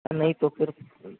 نہیں تو پھر